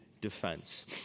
defense